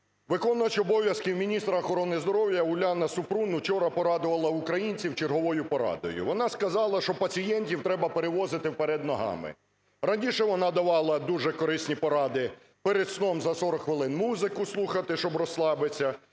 виконувач обов'язків міністра охорони здоров'я Уляна Супрун вчора порадувала українців черговою порадою: вона сказала, що пацієнтів треба перевозити вперед ногами. Раніше вона давала дуже корисні поради: перед сном за 40 хвилин музику слухати, щоб розслабитися;